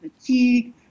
fatigue